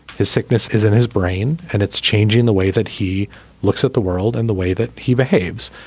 his sickness is in his brain and it's changing the way that he looks at the world and the way that he behaves.